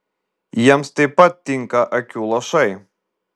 jiems taip pat tinka akių lašai